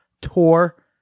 tour